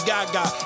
Gaga